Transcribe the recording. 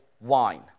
wine